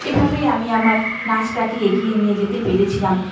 এভাবেই আমি আমার নাচটাকে এগিয়ে নিয়ে যেতে পেরেছিলাম